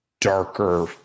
darker